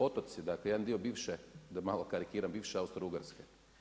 Otoci dakle, jedan dio bivše, da malo karikiram bivše Austro-ugarske.